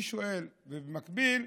במקביל,